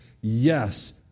Yes